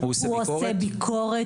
הוא עושה ביקורת,